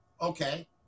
okay